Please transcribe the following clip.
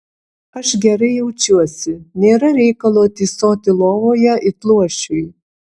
aš gerai jaučiuosi nėra reikalo tysoti lovoje it luošiui